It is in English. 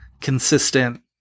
consistent